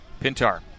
Pintar